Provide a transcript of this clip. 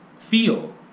feel